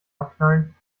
abknallen